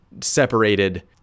separated